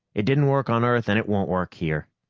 it didn't work on earth, and it won't work here.